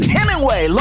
Hemingway